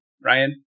Ryan